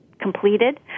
completed